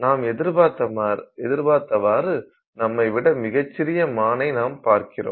நாம் எதிர்பார்த்தவாறு நம்மைவிட மிகச்சிறிய மானை நாம் பார்க்கிறோம்